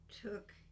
took